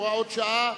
הוראת שעה)